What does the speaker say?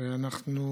ואנחנו